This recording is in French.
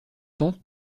pentes